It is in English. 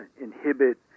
inhibit